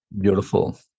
Beautiful